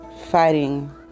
fighting